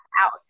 out